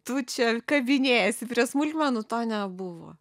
tu čia kabinėjiesi prie smulkmenų to nebuvo